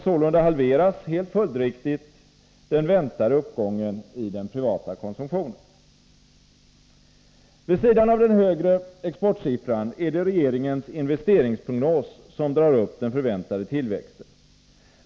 Sålunda halveras helt följdriktigt den väntade uppgången i den privata konsumtionen. Vid sidan av den högre exportsiffran är det regeringens investeringsprognos som drar upp den förväntade tillväxten.